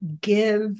give